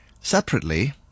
Separately